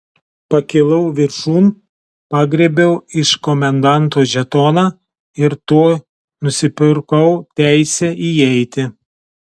pakilau viršun pagriebiau iš komendanto žetoną ir tuo nusipirkau teisę įeiti